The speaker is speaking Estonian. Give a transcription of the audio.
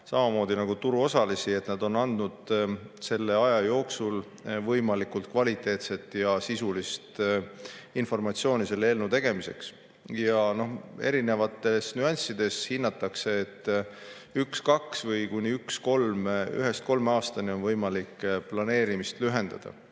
samamoodi turuosalisi, et nad on andnud selle aja jooksul võimalikult kvaliteetset ja sisulist informatsiooni selle eelnõu tegemiseks. Erinevates nüanssides hinnatakse, et üks kuni kolm aastat on võimalik planeerimist lühendada.